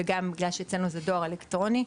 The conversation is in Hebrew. וגם בגלל שאצלנו זה דואר אלקטרוני,